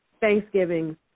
Thanksgiving